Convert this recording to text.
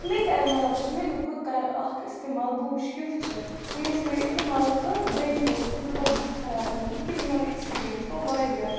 مےٚ تہِ آیہِ لالچ مےٚ دوٚپ بہٕ کَرٕ اَکھ اِستعمال بہٕ وٕچھ کیُتھ چھُ ییٚمہِ سۭتۍ مےٚ اِستعمال کٔر دٔیمہِ دۄہ اوس مےٚ تیوٗتاہ بُتھ خراب گوٚمُت کہِ میون اٮ۪کٕسپیٖریَنٕس گوٚو واریاہ